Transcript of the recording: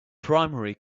primary